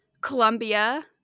Colombia